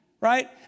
right